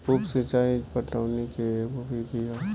उप सिचाई पटवनी के एगो विधि ह